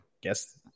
guess –